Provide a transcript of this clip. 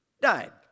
died